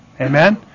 Amen